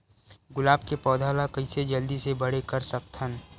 गुलाब के पौधा ल कइसे जल्दी से बड़े कर सकथन?